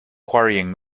quarrying